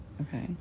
Okay